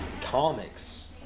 comics